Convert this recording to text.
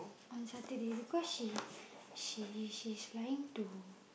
on Saturday because she she she's trying to